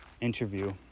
interview